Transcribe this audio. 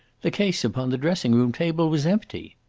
the case upon the dressing-room table was empty.